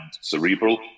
cerebral